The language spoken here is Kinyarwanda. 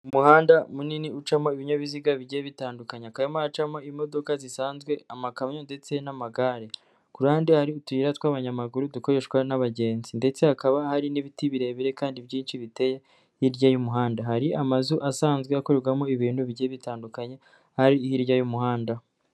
Umuhanda munini ucamo ibinyabiziga bigiye bitandukanye hakaba harimo haracamo imodoka zisanzwe, amakamyo ndetse n'amagare, ku ruhande hari utuyira tw'abanyamaguru dukoreshwa n'abagenzi ndetse hakaba hari n'ibiti birebire kandi byinshi biteye hirya y'umuhanda, hari amazu asanzwe akorerwamo ibintu bigiye bitandukanye ari hirya y'umuhanda.